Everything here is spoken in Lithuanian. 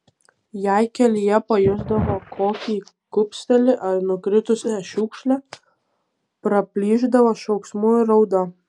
jei kelyje pajusdavo kokį kupstelį ar nukritusią šiukšlę praplyšdavo šauksmu ir rauda